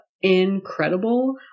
incredible